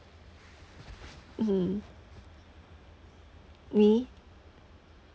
mmhmm me